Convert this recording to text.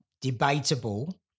debatable